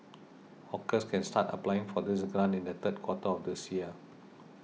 hawkers can start applying for this grant in the third quarter of this year